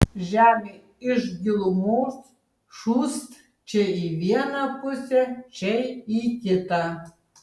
žemė iš gilumos šūst čia į vieną pusę čia į kitą